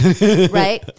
Right